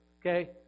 okay